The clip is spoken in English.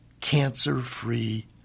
cancer-free